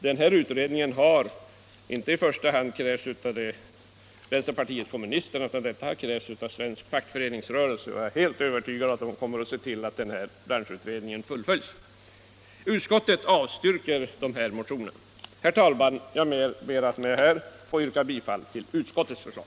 Det är inte i första hand vänsterpartiet kommunisterna som krävt denna branschutredning utan den har påyrkats av svensk fackföreningsrörelse, och jag är helt övertygad om att den kommer att se till att utredningen fullföljs. Utskottet avstyrker de behandlade motionerna. Herr talman! Jag ber att med det anförda få yrka bifall till utskottets förslag.